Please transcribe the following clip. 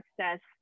access